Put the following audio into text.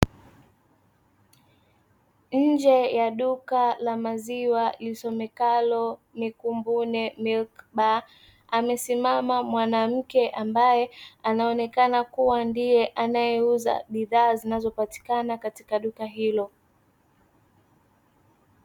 Nje ya duka la maziwa, lisomekalo nekumbunekiba, amesimama mwanamke ambaye anaonekana kuwa, ndiye anaye uza bidhaa zinazopatikana katika duka hilo.